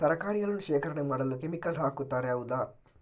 ತರಕಾರಿಗಳನ್ನು ಶೇಖರಣೆ ಮಾಡಲು ಕೆಮಿಕಲ್ ಹಾಕುತಾರೆ ಹೌದ?